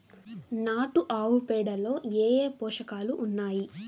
నాటు ఆవుపేడలో ఏ ఏ పోషకాలు ఉన్నాయి?